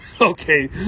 okay